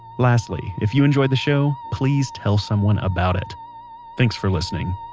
lastly, if you enjoyed the show, please tell someone about it thanks for listening